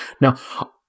Now